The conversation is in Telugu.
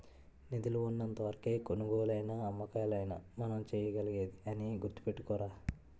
నిధులు ఉన్నంత వరకే కొనుగోలైనా అమ్మకాలైనా మనం చేయగలిగేది అని గుర్తుపెట్టుకోరా